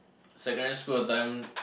secondary school that time